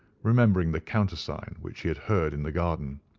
remembering the countersign which he had heard in the garden.